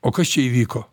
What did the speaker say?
o kas čia įvyko